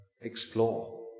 explore